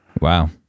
Wow